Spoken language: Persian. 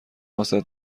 واست